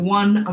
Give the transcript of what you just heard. one